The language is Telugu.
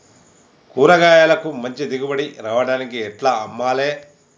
కూరగాయలకు మంచి దిగుబడి రావడానికి ఎట్ల అమ్మాలే?